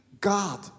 God